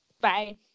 Bye